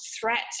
threat